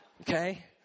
Okay